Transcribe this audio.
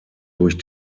durch